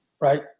Right